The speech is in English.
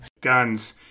guns